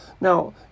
Now